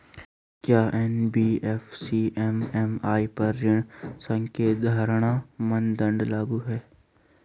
क्या NBFC MFI पर ऋण संकेन्द्रण मानदंड लागू हैं?